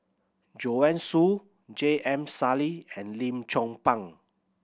Joanne Soo J M Sali and Lim Chong Pang